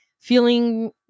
feeling